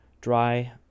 dry